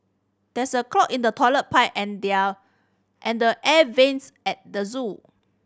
there's a clog in the toilet pipe and they are and the air vents at the zoo